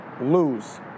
lose